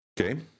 Okay